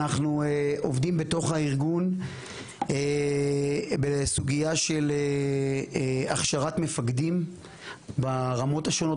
אנחנו עובדים בתוך הארגון בסוגיה של הכשרת מפקדים ברמות השונות,